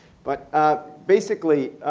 but ah basically,